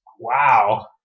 Wow